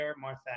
Martha